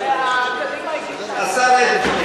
יולי, קדימה הגישה, השר אדלשטיין.